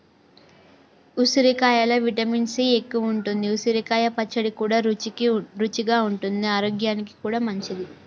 ఉసిరికాయలో vitamin C ఎక్కువుంటది, ఉసిరికాయ పచ్చడి కూడా రుచిగా ఉంటది ఆరోగ్యానికి కూడా మంచిది